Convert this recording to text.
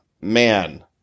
man